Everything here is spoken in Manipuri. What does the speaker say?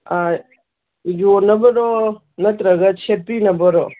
ꯑꯥ ꯌꯣꯟꯅꯕꯔꯣ ꯅꯠꯇ꯭ꯔꯒ ꯁꯦꯠꯄꯤꯅꯕꯔꯣ